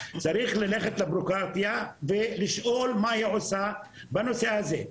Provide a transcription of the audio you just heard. צריך ללכת לבירוקרטיה ולשאול מה היא עושה בנושא הזה.